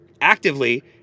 actively